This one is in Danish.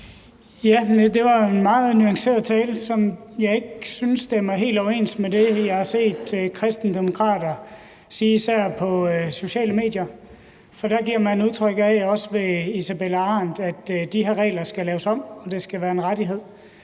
Det var en meget nuanceret tale, som jeg ikke synes stemmer helt overens med det, jeg før har set kristendemokrater sige på sociale medier. For der giver man indtryk af, også ved Isabella Arendt, at de her regler skal laves om, og at det skal være en rettighed